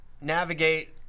navigate